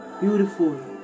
beautiful